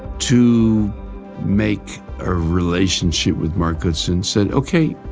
to make a relationship with mark goodson said, okay,